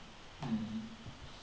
mmhmm